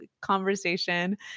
conversation